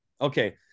Okay